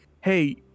hey